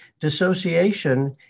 dissociation